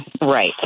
Right